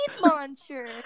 Monster